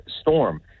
storm